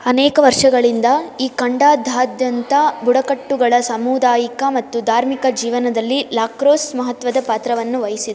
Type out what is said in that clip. ಅನೇಕ ವರ್ಷಗಳಿಂದ ಈ ಖಂಡದಾದ್ಯಂತ ಬುಡಕಟ್ಟುಗಳ ಸಮುದಾಯಿಕ ಮತ್ತು ಧಾರ್ಮಿಕ ಜೀವನದಲ್ಲಿ ಲಕ್ರೊಸ್ ಮಹತ್ವದ ಪಾತ್ರವನ್ನು ವಹಿಸಿ